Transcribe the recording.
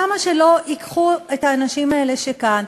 למה שלא ייקחו את האנשים האלה שכאן,